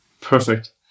Perfect